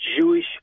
Jewish